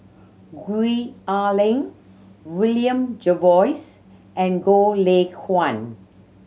Gwee Ah Leng William Jervois and Goh Lay Kuan